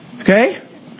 okay